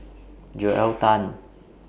Joel Tan